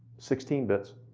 sixteen bits,